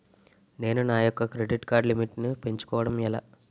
నేను నా యెక్క క్రెడిట్ కార్డ్ లిమిట్ నీ పెంచుకోవడం ఎలా?